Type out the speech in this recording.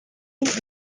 eta